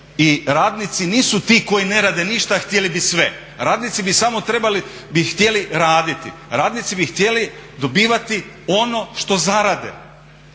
i radnici nisu ti koji ne rade ništa, a htjeli bi sve. Radnici bi samo htjeli raditi, radnici bi htjeli dobivati ono što zarade.